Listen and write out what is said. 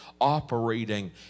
operating